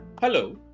Hello